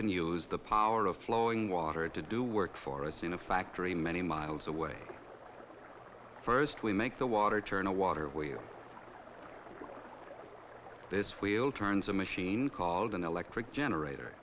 can use the power of flowing water to do work for us in a factory many miles away first we make the water turn a water where this wheel turns a machine called an electric generator